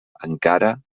encara